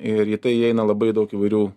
ir į tai įeina labai daug įvairių